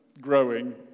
growing